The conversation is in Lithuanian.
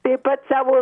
taip pat savo